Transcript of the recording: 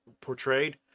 portrayed